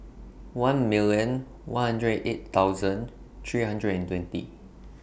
one million one hundred and eight thousand three hundred and twenty